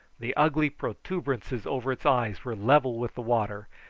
the ugly protuberances over its eyes were level with the water,